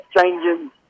changing